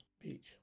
Beach